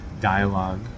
dialogue